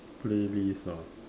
playlist ah